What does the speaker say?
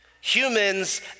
humans